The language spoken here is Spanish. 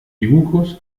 dibujos